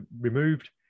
removed